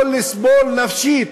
יכול לסבול נפשית,